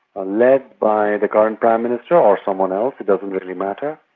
ah led by the current prime minister or someone else it doesn't really matter,